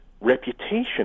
reputation